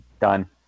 Done